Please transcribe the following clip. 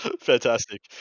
fantastic